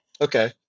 Okay